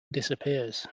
disappears